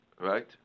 right